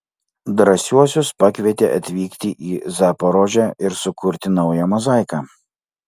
drąsiuosius pakvietė atvykti į zaporožę ir sukurti naują mozaiką